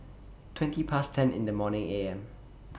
twenty Past ten in The morning A M